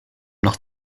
noch